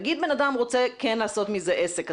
נגיד בנאדם רוצה כן לעשות מזה עסק,